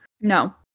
No